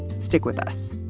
stick with us